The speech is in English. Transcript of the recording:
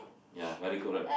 ya very good right